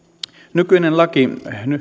nykyinen laki